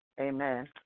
Amen